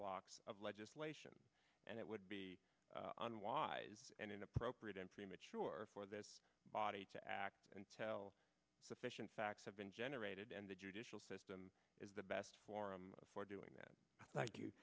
blocks of legislation and it would be unwise and inappropriate in premature for this body to act and tell sufficient facts have been generated and the judicial system is the best forum for doing that